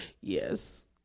Yes